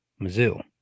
Mizzou